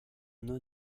autre